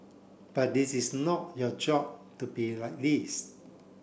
but this is not your job to be like this